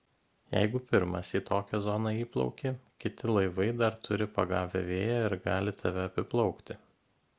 jeigu pirmas į tokią zoną įplauki kiti laivai dar turi pagavę vėją ir gali tave apiplaukti